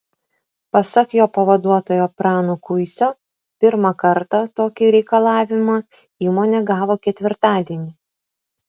pasak jo pavaduotojo prano kuisio pirmą kartą tokį reikalavimą įmonė gavo ketvirtadienį